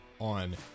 on